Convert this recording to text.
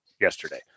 yesterday